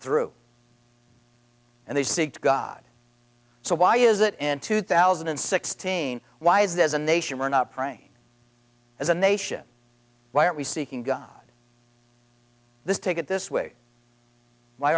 through and they seek god so why is it and two thousand and sixteen why is there's a nation we're not praying as a nation why aren't we seeking god this take it this way why